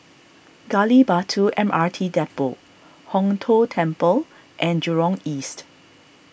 Gali Batu M R T Depot Hong Tho Temple and Jurong East